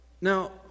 Now